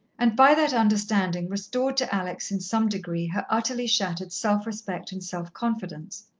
and by that understanding restored to alex in some degree her utterly shattered self-respect and self-confidence.